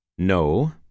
No